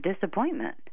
disappointment